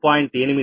8